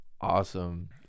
awesome